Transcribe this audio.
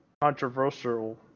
controversial